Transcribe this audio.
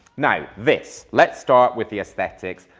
now this, let's start with the aesthetics.